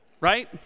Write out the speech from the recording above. right